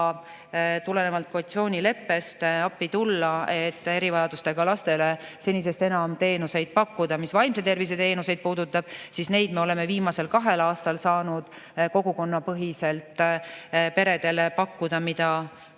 tulenevalt koalitsioonileppest appi tulla, et erivajadustega lastele senisest enam teenuseid pakkuda. Mis vaimse tervise teenuseid puudutab, siis neid me oleme viimasel kahel aastal saanud peredele kogukonnapõhiselt pakkuda. Me